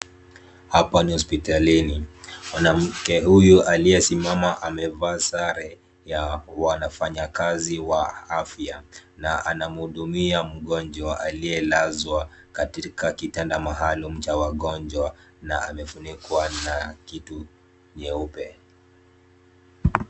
Hapa ni hospitalini. Mwanamke huyu aliyesimama amevaa sare ya wafanyakazi wa afya na anamhudumia mgonjwa aliyelazwa katika kitanda maalum cha wagonjwa na amefunikwa na kitu nyeupe.